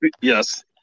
Yes